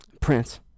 Prince